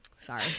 Sorry